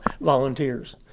volunteers